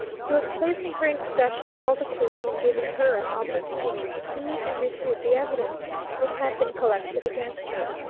he was placing her in possession of all the clues and giving her an opportunity to meet and refute the evidence which had been collected against her.